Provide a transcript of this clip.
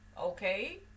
okay